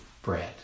bread